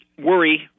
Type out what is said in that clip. worry